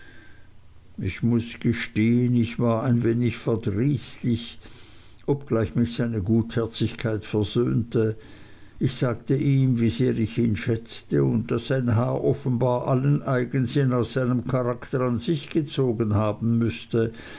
ich muß gestehen ich war ein wenig verdrießlich obgleich mich seine gutherzigkeit versöhnte ich sagte ihm wie sehr ich ihn schätzte und daß sein haar offenbar allen eigensinn aus seinem charakter an sich gezogen haben müßte